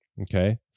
okay